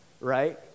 right